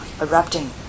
erupting